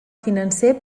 financer